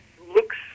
looks